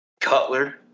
Cutler